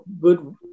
good